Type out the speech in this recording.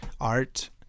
art